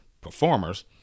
performers